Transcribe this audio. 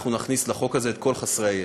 אנחנו נכניס לחוק הזה את כל חסרי הישע: